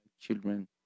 children